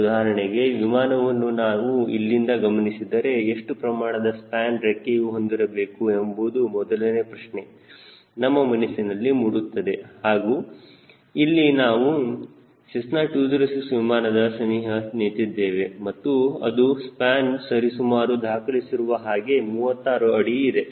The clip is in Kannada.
ಉದಾಹರಣೆಗೆ ವಿಮಾನವನ್ನು ನಾನು ಇಲ್ಲಿಂದ ಗಮನಿಸಿದರೆ ಎಷ್ಟು ಪ್ರಮಾಣದ ಸ್ಪ್ಯಾನ್ ರೆಕ್ಕೆಯು ಹೊಂದಿರಬೇಕು ಎಂಬುದು ಮೊದಲನೇ ಪ್ರಶ್ನೆ ನಮ್ಮ ಮನಸ್ಸಿನಲ್ಲಿ ಮೂಡುತ್ತದೆ ಹಾಗೂ ಇಲ್ಲಿ ನಾನು ಸೆಸ್ನಾ 206 ವಿಮಾನದ ಸನಿಹ ನಿಂತಿದ್ದೇನೆ ಮತ್ತು ಅದರ ಸ್ಪ್ಯಾನ್ ಸರಿಸುಮಾರು ದಾಖಲಿಸಿರುವ ಹಾಗೆ 36 ಅಡಿ ಇದೆ